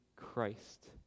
Christ